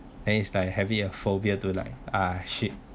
then it's like having a phobia to like ah shit